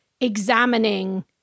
examining